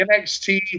NXT